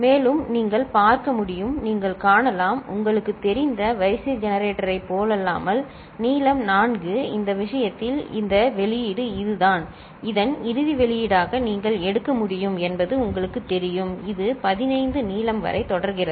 மேலும் நீங்கள் பார்க்க முடியும் நீங்கள் காணலாம் உங்களுக்குத் தெரிந்த வரிசை ஜெனரேட்டரைப் போலல்லாமல் நீளம் 4 இந்த விஷயத்தில் இந்த வெளியீடு இதுதான் இதன் இறுதி வெளியீடாக நீங்கள் எடுக்க முடியும் என்பது உங்களுக்குத் தெரியும் இது 15 நீளம் வரை தொடர்கிறது